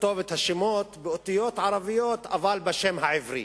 לכתוב את השמות באותיות ערביות אבל בשם העברי.